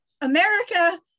America